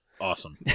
awesome